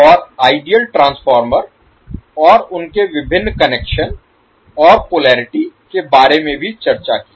और ideal transformer और उनके विभिन्न कनेक्शन और पोलेरिटी के बारे में भी चर्चा की